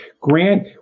Grant